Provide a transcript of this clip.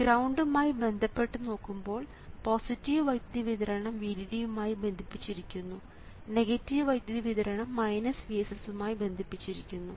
ground മായി ബന്ധപ്പെട്ട് നോക്കുമ്പോൾ പോസിറ്റീവ് വൈദ്യുതി വിതരണം VDD യുമായി ബന്ധിപ്പിച്ചിരിക്കുന്നു നെഗറ്റീവ് വൈദ്യുതി വിതരണം VSS യുമായി ബന്ധിപ്പിച്ചിരിക്കുന്നു